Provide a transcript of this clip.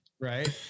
right